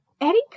Eddie